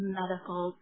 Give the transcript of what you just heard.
medical